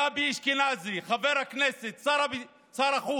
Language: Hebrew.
גבי אשכנזי, חבר הכנסת, שר החוץ,